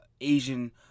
Asian